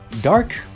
dark